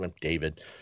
David